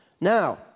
Now